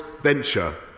venture